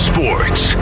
Sports